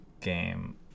Game